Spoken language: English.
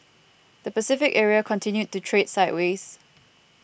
the Pacific area continued to trade sideways